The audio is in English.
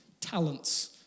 talents